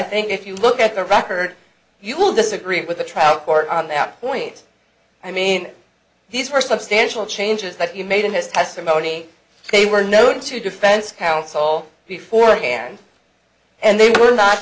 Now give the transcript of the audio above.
think if you look at the record you will disagree with the trial court on that point i mean these were substantial changes that he made in his testimony they were known to defense counsel before hand and they were not